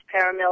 paramilitary